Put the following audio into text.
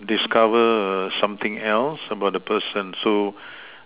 discover err something else about the person so